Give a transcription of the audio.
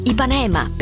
Ipanema